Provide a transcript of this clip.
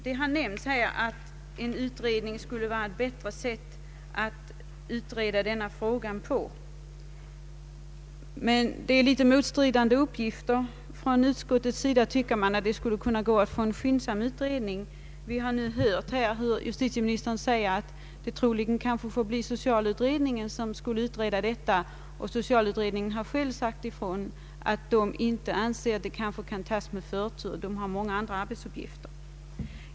Det har sagts att en utredning skulle vara ett bättre sätt att behandla denna fråga. Här föreligger dock motstridande uppgifter. Utskottet tycker att det skulle kunna gå att få en skyndsam utredning. Vi har nu hört justitieministern säga att det troligen blir socialutredningen som skall utreda detta. Socialutredningen har själv sagt att den inte anser att detta ärende kan tas med förtur; utredningen har för många andra arbetsuppgifter.